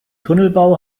tunnelbau